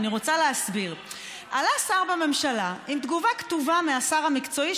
ואני רוצה להסביר: עלה שר בממשלה עם תגובה כתובה מהשר המקצועי,